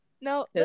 No